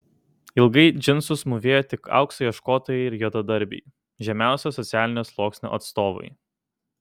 ilgai džinsus mūvėjo tik aukso ieškotojai ir juodadarbiai žemiausio socialinio sluoksnio atstovai